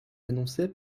annoncée